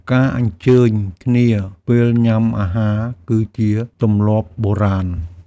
ការអញ្ជើញគ្នា ពេលញ៉ាំអាហារគឺជាទម្លាប់បុរាណ។